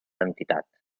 entitat